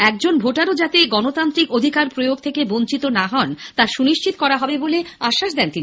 একজন ভোটারও যাতে গণতান্ত্রিক অধিকার প্রয়োগ থেকে বঞ্চিত না হন তা সুনিশ্চিত করা হবে বলে আশ্বাস দেন তিনি